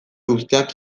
guztiak